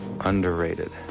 underrated